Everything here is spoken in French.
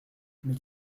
mais